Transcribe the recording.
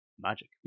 Magic